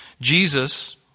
Jesus